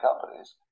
companies